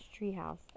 treehouse